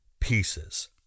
pieces